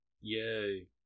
Yay